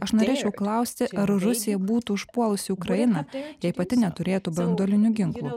aš norėčiau klausti ar rusija būtų užpuolusi ukrainą jei pati neturėtų branduolinių ginklų